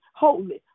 holy